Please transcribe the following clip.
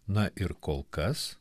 na ir kol kas